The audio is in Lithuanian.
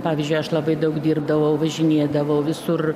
pavyzdžiui aš labai daug dirbdavau važinėdavau visur